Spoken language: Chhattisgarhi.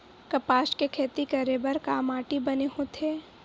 कपास के खेती करे बर का माटी बने होथे?